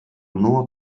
nur